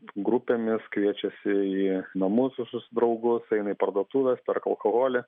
grupėmis kviečiasi į namus visus draugus eina į parduotuves perka alkoholį